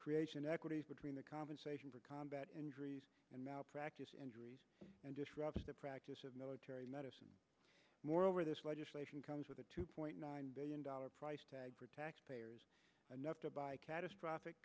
creation equities between the compensation for combat injuries and malpractise injuries and disrupts the practice of military medicine moreover this legislation comes with a two point nine billion dollars price tag for taxpayers enough to buy catastrophic